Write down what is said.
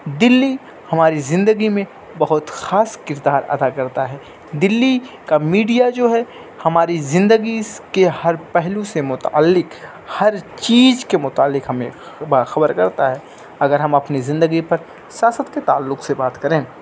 دلی ہماری زندگی میں بہت خاص کردار ادا کرتا ہے دلی کا میڈیا جو ہے ہماری زندگی کے ہر پہلو سے متعلق ہر چیز کے متعلق ہمیں باخبر کرتا ہے اگر ہم اپنی زندگی پر سیاست کے تعلق سے بات کریں